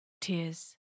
Tears